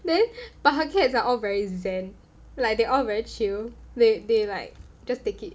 then but her cats are all very zen like they are all very chill they they like just take it